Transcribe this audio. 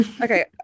Okay